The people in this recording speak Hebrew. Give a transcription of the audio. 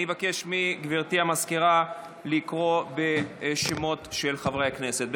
אני אבקש מגברתי המזכירה לקרוא בשמות של חברי הכנסת.